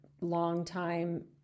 longtime